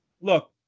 look